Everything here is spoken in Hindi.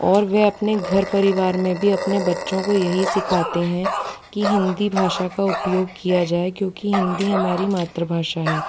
और वह अपने घर परिवार में भी अपने बच्चों को यही सिखाते हैं कि हिंदी भाषा का उपयोग किया जाए क्योंकि हिंदी हमारी मातृभाषा है